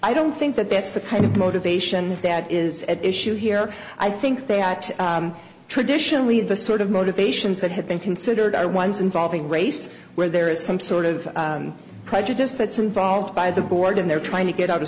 i don't think that that's the kind of motivation that is at issue here i think they are traditionally the sort of motivations that have been considered are ones involving race where there is some sort of prejudice that some volved by the board and they're trying to get out